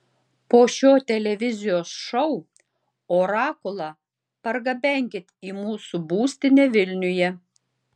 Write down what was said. po šio televizijos šou orakulą pargabenkit į mūsų būstinę vilniuje